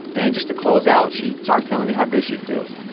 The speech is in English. and, just to close out, she starts telling me how good she feels.